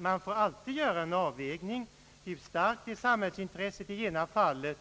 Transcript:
Man får alltid göra en avvägning hur starkt samhällsintresset är i ena fallet